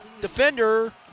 defender